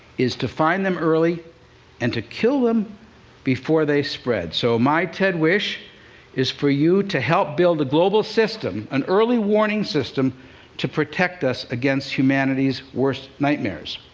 is to find them early and to kill them before they spread. so, my ted wish is for you to help build a global system an early-warning system to protect us against humanity's worst nightmares.